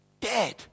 Dead